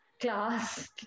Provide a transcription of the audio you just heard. Class